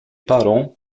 parents